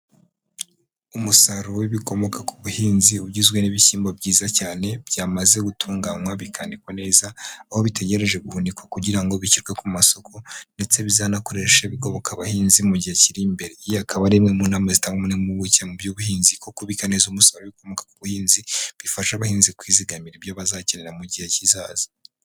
Umusaruro w'ibikomoka ku buhinzi ugizwe n'ibishyimbo byiza cyane byamaze gutunganywa bikanikwa neza, aho bitegereje guhunikwa kugira ngo bishyirwe ku masoko ndetse bizanakoreshwe bigoboka abahinzi mu gihe kiri imbere, iyi akaba ari imwe mu nama zitangwa n'impuguke mu by'ubuhinzi ko kubika neza umusaruro ukomoka ku buhinzi bifasha abahinzi kwizigamira ibyo bazakenera mu gihe kizaza.